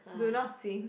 do not sing